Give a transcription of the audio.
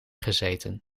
gezeten